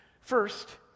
first